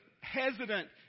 hesitant